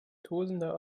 tosender